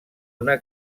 una